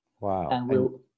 Wow